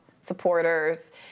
supporters